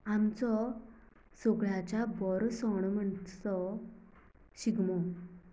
आमचो सगळ्याच्या बरो सण म्हणटा तो शिगमो